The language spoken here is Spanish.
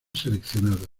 seleccionado